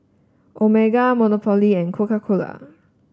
Omega Monopoly and Coca Cola